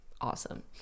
awesome